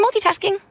multitasking